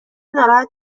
ناراحت